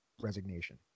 resignation